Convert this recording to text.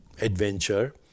adventure